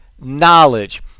knowledge